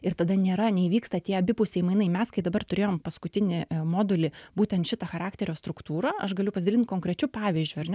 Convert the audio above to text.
ir tada nėra neįvyksta tie abipusiai mainai mes kai dabar turėjom paskutinį modulį būtent šitą charakterio struktūrą aš galiu pasidalint konkrečiu pavyzdžiu ar ne